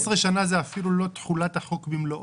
15 שנה זה אפילו לא תחולת החוק במלואו.